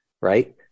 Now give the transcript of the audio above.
right